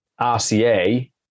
RCA